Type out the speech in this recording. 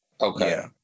Okay